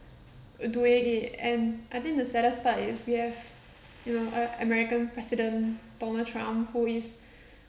doing it and I think the saddest part is we have you know a~ american president donald trump who is